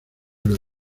del